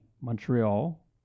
Montreal